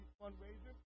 fundraiser